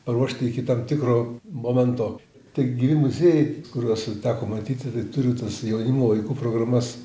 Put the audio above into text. paruošti iki tam tikro momento taigi muziejai kuriuos teko matyti tai turi tas jaunimo vaikų programas